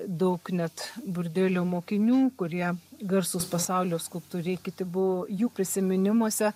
daug net burdelio mokinių kurie garsūs pasaulio skulptoriai kiti buvo jų prisiminimuose